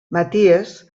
maties